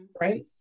Right